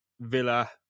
Villa